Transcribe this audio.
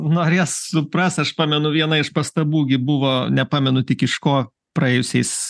norės supras aš pamenu viena iš pastabų gi buvo nepamenu tik iš ko praėjusiais